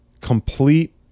complete